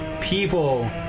people